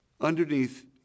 Underneath